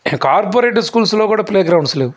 corporate స్కూల్సులో కూడా play grounds లేవు